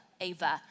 Ava